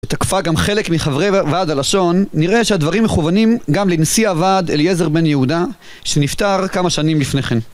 ותקפה גם חלק מחברי ועד הלשון, נראה שהדברים מכוונים גם לנשיא הוועד אליעזר בן יהודה, שנפטר כמה שנים לפני כן.